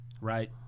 right